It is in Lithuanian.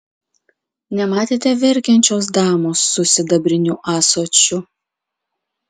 nematėte verkiančios damos su sidabriniu ąsočiu